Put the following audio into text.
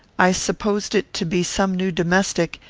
i supposed it to be some new domestic,